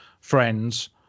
Friends